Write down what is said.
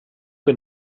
che